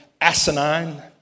asinine